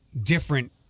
different